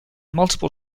multiple